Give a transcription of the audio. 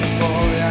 boy